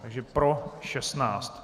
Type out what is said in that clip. Takže pro 16.